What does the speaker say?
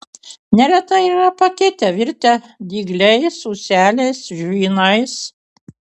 neretai yra pakitę virtę dygliais ūseliais žvynais